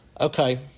Okay